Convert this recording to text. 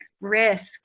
risk